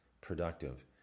productive